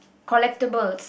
collectables